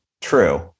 true